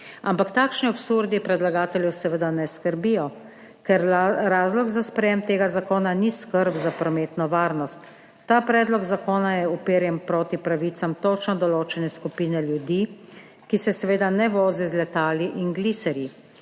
Ampak takšni absurdi predlagateljev seveda ne skrbijo, ker razlog za sprejetje tega zakona ni skrb za prometno varnost. Ta predlog zakona je uperjen proti pravicam točno določene skupine ljudi, ki se seveda ne vozi z letali in gliserji.